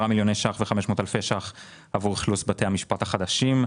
10,500 אלפי שקלים מיועדים עבור אכלוס בתי המשפט החדשים,